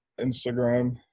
Instagram